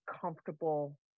comfortable